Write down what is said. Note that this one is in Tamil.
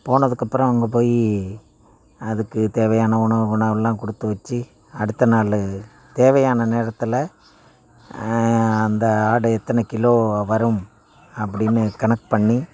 போனதுக்கப்புறம் அங்கே போயி அதுக்கு தேவையான உண உணவுலாம் கொடுத்து வச்சி அடுத்த நாளு தேவையான நேரத்தில் அந்த ஆடு எத்தனை கிலோ வரும் அப்படின்னு கணக்கு பண்ணி